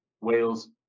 Wales